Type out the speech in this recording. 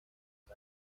sus